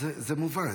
זה מובן.